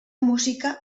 música